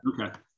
Okay